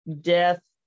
death